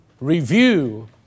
review